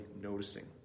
noticing